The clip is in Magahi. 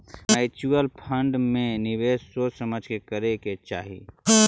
म्यूच्यूअल फंड में निवेश सोच समझ के करे के चाहि